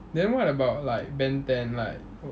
then what about like ben ten like